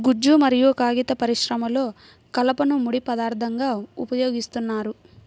గుజ్జు మరియు కాగిత పరిశ్రమలో కలపను ముడి పదార్థంగా ఉపయోగిస్తున్నారు